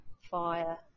fire